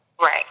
Right